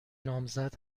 نامزد